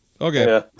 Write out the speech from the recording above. okay